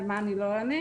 על מה אני לא אענה.